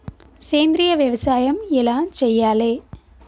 సేంద్రీయ వ్యవసాయం ఎలా చెయ్యాలే?